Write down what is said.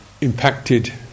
impacted